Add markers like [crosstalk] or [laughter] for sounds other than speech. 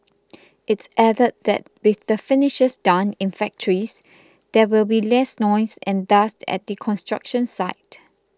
[noise] it's added that with the finishes done in factories there will be less noise and dust at the construction site